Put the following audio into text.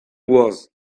was